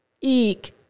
Eek